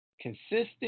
consistent